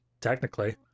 technically